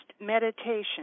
meditation